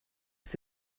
sie